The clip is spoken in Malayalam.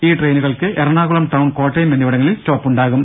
ഈ ട്രെയിനുകൾക്ക് എറണാകുളം ടൌൺ കോട്ടയം എന്നിവിടങ്ങളിൽ സ്റ്റോപ്പുണ്ടാകും